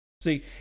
See